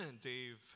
Dave